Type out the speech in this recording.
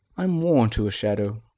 i'm worn to a shadow.